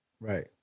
right